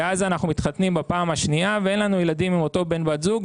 ואז אנחנו מתחתנים בפעם השנייה ואין לנו ילדים עם אותו בן/בת זוג.